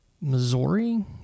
Missouri